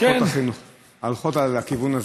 מערכות החינוך הולכות לכיוון הזה,